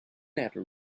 after